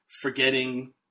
forgetting